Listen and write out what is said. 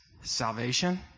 salvation